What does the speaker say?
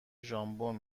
ژامبون